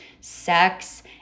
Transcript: sex